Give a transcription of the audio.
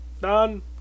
Done